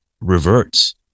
reverts